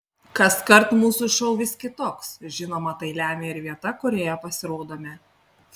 kaskart mūsų šou vis kitoks žinoma tai lemia ir vieta kurioje pasirodome